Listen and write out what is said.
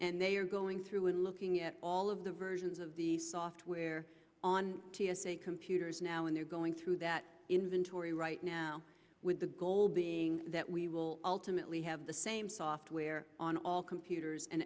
and they are going through and looking at all of the versions of the software on t s a computers now and they're going through that inventory right now with the goal being that we will ultimately have the same software on all computers and